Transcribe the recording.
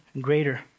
greater